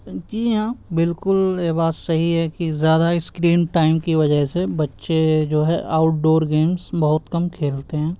جی ہاں بالکل یہ بات صحیح ہے کہ زیادہ اسکرین ٹائم کی وجہ سے بچے جو ہے آؤٹ ڈور گیمس بہت کم کھیلتے ہیں